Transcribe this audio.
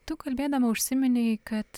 tu kalbėdama užsiminei kad